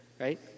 right